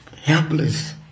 helpless